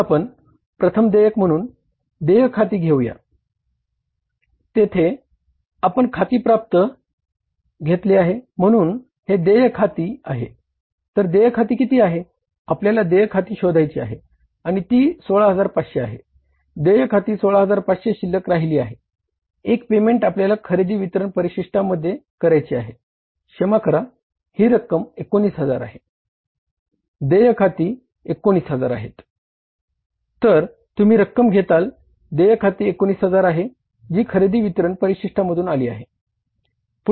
म्हणून आपण प्रथम देयक म्हणून देय खाती 19000 आहे तर तुम्ही रक्कम घेताल देय खाती 19000 आहे जी खरेदी वितरण परिशिष्टामधून आली आहे